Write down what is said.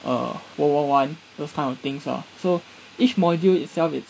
uh world war one those type of things lah so each module itself is